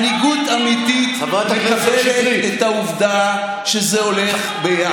מנהיגות אמיתית מקבלת את העובדה שזה הולך ביחד.